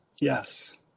Yes